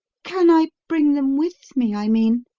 can i bring them with me, i mean?